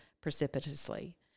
precipitously